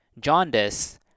jaundice